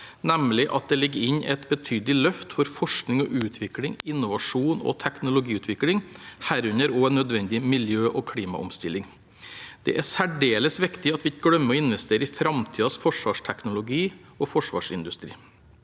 nemlig at det ligger inne et betydelig løft for forskning og utvikling, innovasjon og teknologiutvikling, herunder også nødvendig miljø- og klimaomstilling. Det er særdeles viktig at vi ikke glemmer å investere i framtidens forsvarsteknologi og forsvarsindustri.